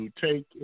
take